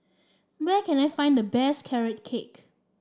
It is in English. where can I find the best Carrot Cake